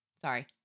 sorry